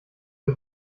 der